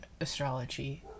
astrology